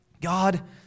God